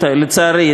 לצערי,